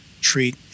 treat